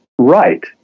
right